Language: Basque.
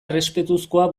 errespetuzkoa